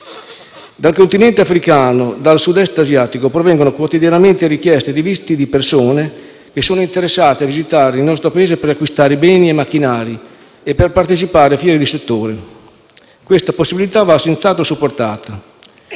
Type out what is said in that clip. Dal Continente africano, dal Sud Est asiatico, provengono quotidianamente richieste di visti di persone che sono interessate a visitare il nostro Paese per acquistare beni e macchinari e per partecipare a fiere di settore. Questa possibilità va senz'altro supportata.